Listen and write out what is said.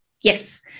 Yes